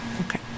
Okay